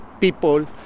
people